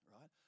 right